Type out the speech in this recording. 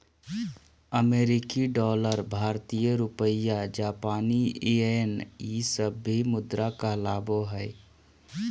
अमेरिकी डॉलर भारतीय रुपया जापानी येन ई सब भी मुद्रा कहलाबो हइ